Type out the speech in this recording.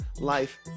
life